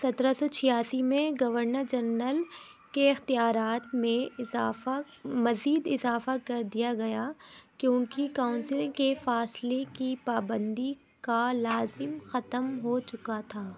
سترہ سو چھیاسی میں گورنر جنرل کے اختیارات میں اضافہ مزید اضافہ کر دیا گیا کیونکہ کاؤنسلنگ کے فاصلے کی پابندی کا لازم ختم ہو چکا تھا